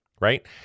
Right